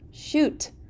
Shoot